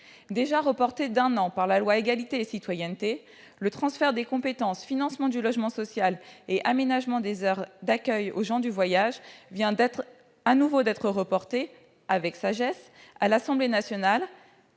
Déjà reporté d'un an par la loi relative à l'égalité et à la citoyenneté, le transfert des compétences « financement du logement social » et « aménagement des aires d'accueil aux gens du voyage » vient de nouveau de l'être, avec sagesse, par l'Assemblée nationale,